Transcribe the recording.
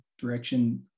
direction